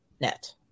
net